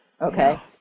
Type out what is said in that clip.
Okay